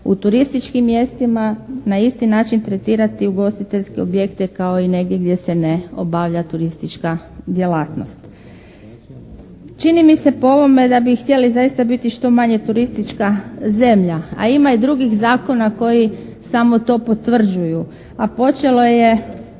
u turističkim mjestima na isti način tretirati ugostiteljske objekte kao i neke gdje se ne obavlja turistička djelatnost. Čini mi se po ovome da bi htjeli zaista biti što manje turistička zemlja, a ima i drugih zakona koji samo to potvrđuju, a počelo je